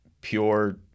pure